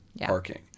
parking